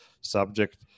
subject